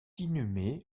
inhumé